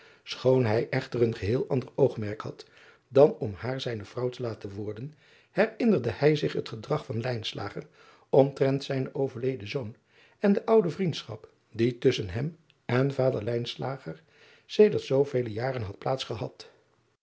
hij echter een geheel ander oogmerk had dan om haar zijne vrouw te laten worden herinnerde hij zich het gedrag van omtrent zijnen overleden zoon en de oude vriendschap die tusschen hem en vader sedert zoovele jaren had